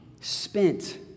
spent